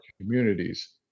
communities